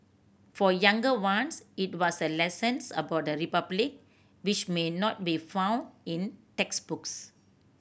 for younger ones it was a lessons about the republic which may not be found in textbooks